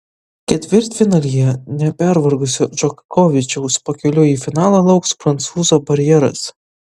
ketvirtfinalyje nepervargusio džokovičiaus pakeliui į finalą lauks prancūzo barjeras